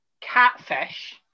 catfish